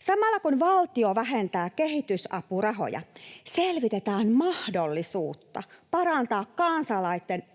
Samalla, kun valtio vähentää kehitysapurahoja, selvitetään mahdollisuutta parantaa